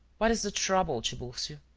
what is the trouble, tiburcio?